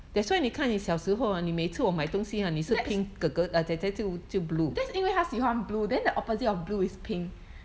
that's that's 因为她喜欢 blue then the opposite of blue is pink